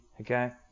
okay